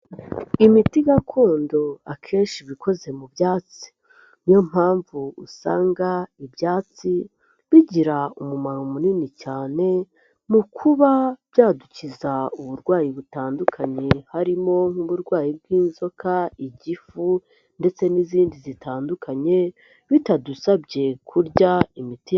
Imiti gakondo akenshi iba ikoze mu byatsi, niyo mpamvu usanga ibyatsi bigira umumaro munini cyane mu kuba byadukiza uburwayi butandukanye, harimo n'uburwayi bw'inzoka, igifu ndetse n'izindi zitandukanye bitadusabye kurya imiti.